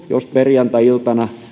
jos perjantai iltana